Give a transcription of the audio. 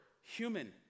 human